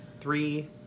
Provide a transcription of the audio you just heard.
Three